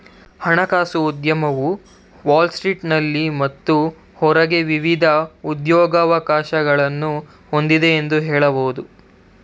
ಹಣಕಾಸು ಉದ್ಯಮವು ವಾಲ್ ಸ್ಟ್ರೀಟ್ನಲ್ಲಿ ಮತ್ತು ಹೊರಗೆ ವಿವಿಧ ಉದ್ಯೋಗವಕಾಶಗಳನ್ನ ಹೊಂದಿದೆ ಎಂದು ಹೇಳಬಹುದು